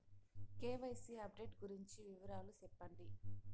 KYC update గురించి వివరాలు సెప్పండి?